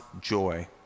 joy